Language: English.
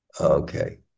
Okay